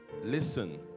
Listen